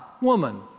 woman